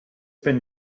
been